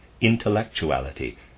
intellectuality